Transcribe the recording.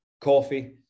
coffee